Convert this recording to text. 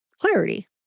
clarity